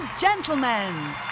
Gentlemen